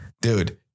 dude